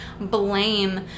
blame